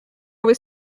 was